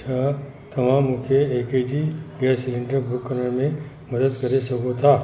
छा तव्हां मूंखे ए के जी गैस सिलेंडर बुक करण में मदद करे सघो था